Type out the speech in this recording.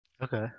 Okay